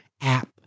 app